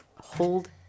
Hold